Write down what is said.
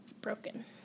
broken